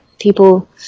people